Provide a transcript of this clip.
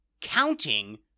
counting